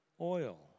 oil